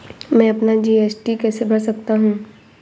मैं अपना जी.एस.टी कैसे भर सकता हूँ?